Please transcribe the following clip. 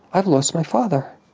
i've lost my father.